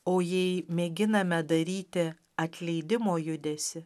o jei mėginame daryti atleidimo judesį